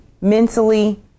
mentally